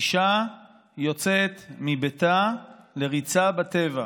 אישה יוצאת מביתה לריצה בטבע.